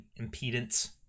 impedance